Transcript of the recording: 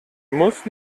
muss